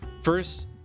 First